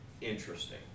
interesting